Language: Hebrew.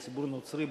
של ציבור נוצרי,